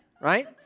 Right